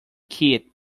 kit